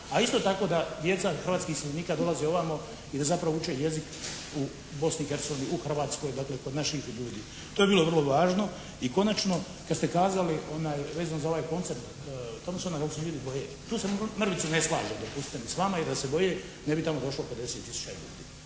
a isto tako da djeca hrvatskih iseljenika dolaze ovamo i da zapravo uče jezik u Bosni i Hercegovini, u Hrvatskoj, dakle kod naših ljudi. To je bilo vrlo važno i konačno kad ste kazali vezano za ovaj koncert Tompsona kako se ljudi boje. Tu se mrvicu ne slažem dopustite mi s vama i da se boje ne bi tamo došlo 50 tisuća ljudi.